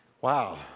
Wow